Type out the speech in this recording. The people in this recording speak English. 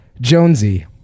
Jonesy